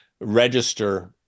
register